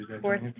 Fourth